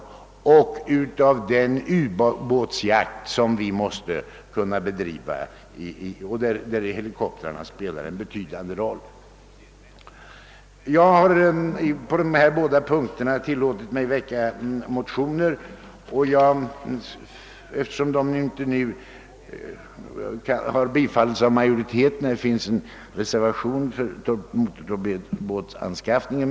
Dessutom behövs de för den ubåtsjakt vårt land måste kunna bedriva. Jag har på dessa båda punkter tillåtit mig att väcka motioner. Vid utlåtandet har fogats en reservation beträffande motortorpedbåtsanskaffningen.